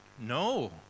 no